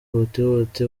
hutihuti